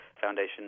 foundation